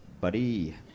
buddy